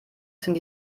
sind